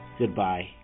goodbye